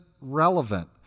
relevant